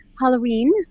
Halloween